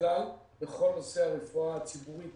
בכלל בכל נושא הרפואה הציבורית